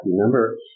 Remember